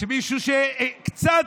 כשמישהו שקצת,